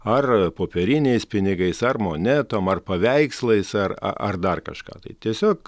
ar popieriniais pinigais ar monetom ar paveikslais ar ar dar kažką tai tiesiog